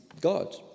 God